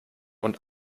und